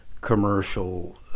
commercial